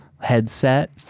headset